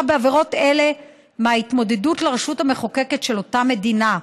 בעבירות אלה בהתמודדות לרשות המחוקקת של אותה מדינה.